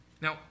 Now